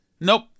Nope